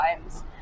times